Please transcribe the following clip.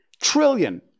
Trillion